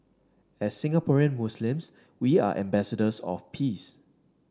as Singaporean Muslims we are ambassadors of peace